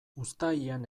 uztailean